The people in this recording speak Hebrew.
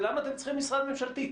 למה אתם צריכים משרד ממשלתי?